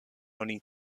oni